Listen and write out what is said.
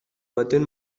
baten